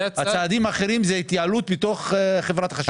הצעדים האחרים הם התייעלות מתוך חברת החשמל.